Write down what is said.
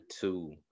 two